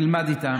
תלמד איתם,